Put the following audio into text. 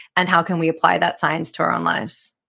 and how can we apply that science to our own lives?